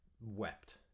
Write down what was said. wept